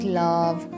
love